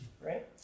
right